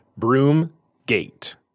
Broomgate